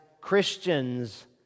Christians